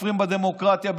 כופרים בדמוקרטיה,